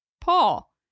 Paul